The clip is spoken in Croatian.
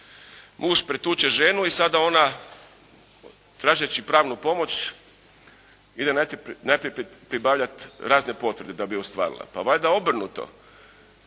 muž pretuče ženu i sada ona tražeći pravnu pomoć ide najprije pribavljati razne potvrde da bi ostvarila. Pa valjda obrnuto,